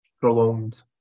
prolonged